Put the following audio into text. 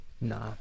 nah